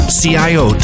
cio